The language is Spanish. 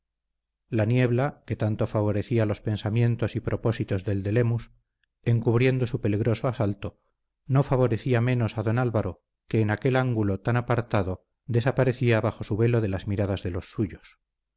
la niebla que tanto favorecía los pensamientos y propósitos del de lemus encubriendo su peligroso asalto no favorecía menos a don álvaro que en aquel ángulo tan apartado desaparecía bajo su velo de las miradas de los suyos